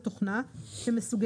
נוסע